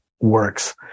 works